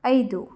ಐದು